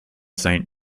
saint